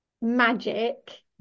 magic